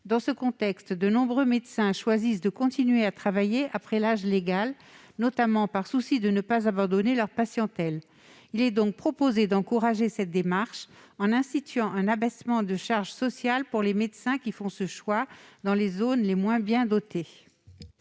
Dans ce contexte, de nombreux médecins continuent à travailler après l'âge légal, notamment parce qu'ils refusent d'abandonner leur patientèle. Nous proposons d'encourager cette démarche en instituant un abaissement de charges sociales pour les médecins qui font ce choix dans les zones les moins bien dotées.